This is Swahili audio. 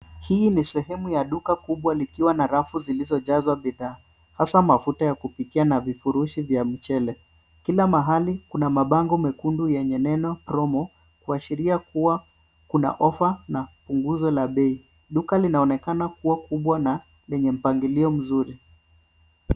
Hii ni sehemu ya duka kubwa likiwa na rafu zilizojazwa bidhaa, hasa mafuta ya kupikia na vifurushi vya mchele. Kila mahali kuna mabango mekundu yenye neno promo kuashiria kuwa kuna ofa na punguzo la bei. Duka linaonekana kuwa kubwa na lenye mpangilio mzuri.